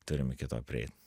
turim iki to prieit